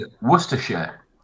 Worcestershire